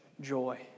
joy